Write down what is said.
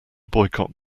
boycott